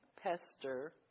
pester